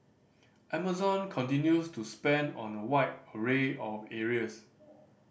amazon continues to spend on a wide array of areas